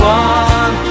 one